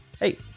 hey